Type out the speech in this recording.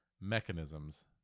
mechanisms